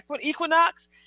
equinox